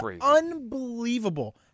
unbelievable